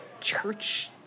church